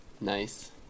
Nice